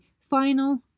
final